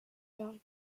park